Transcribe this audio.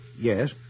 Yes